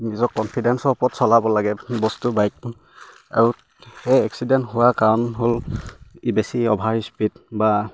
নিজৰ কনফিডেঞ্চৰ ওপৰত চলাব লাগে বস্তু বাইক আৰু সেই এক্সিডেণ্ট হোৱা কাৰণ হ'ল ই বেছি অ'ভাৰ স্পীড বা